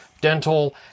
dental